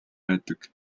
байдаг